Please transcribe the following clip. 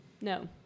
No